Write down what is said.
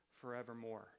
forevermore